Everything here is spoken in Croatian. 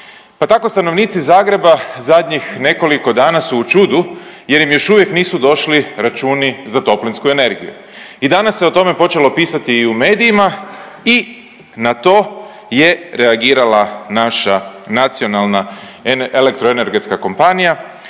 pa tako stanovnici Zagreba zadnjih nekoliko dana su u čudu jer im još uvijek nisu došli računi za toplinsku energiju i danas se o tome počelo pisati i u medijima i na to je reagirala naša nacionalna elektroenergetska kompanija,